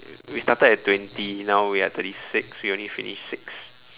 we started at twenty now we are thirty six we only finish six